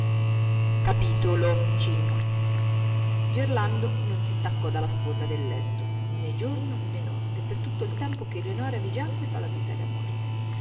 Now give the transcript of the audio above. e gli sorrise gerlando non si staccò dalla sponda del letto né giorno né notte per tutto il tempo che eleonora vi giacque tra la vita e la morte